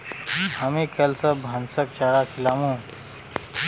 हामी कैल स भैंसक चारा खिलामू